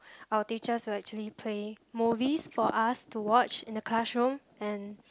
our teachers will actually play movies for us to watch in the classroom and